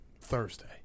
Thursday